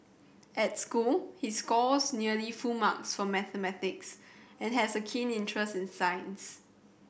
at school he scores nearly full marks for mathematics and has a keen interest in science